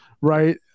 right